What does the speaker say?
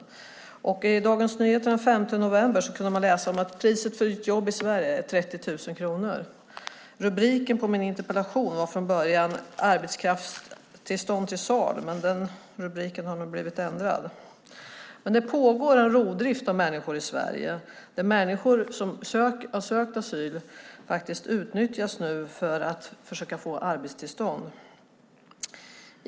I Dagens Nyheter den 5 november kunde man läsa att priset för ett jobb i Sverige är 30 000 kronor. Rubriken på min interpellation var från början Arbetskraftstillstånd till salu , men den ändrades. Det pågår en rovdrift av människor i Sverige. Människor som har sökt asyl utnyttjas för att försöka få arbetstillstånd.